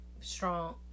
strong